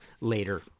later